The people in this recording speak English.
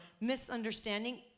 misunderstanding